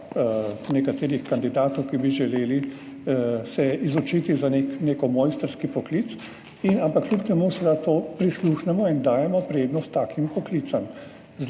nekaterih kandidatov, ki bi se želeli izučiti za nek mojstrski poklic. Ampak kljub temu seveda prisluhnemo in dajemo prednost takim poklicem.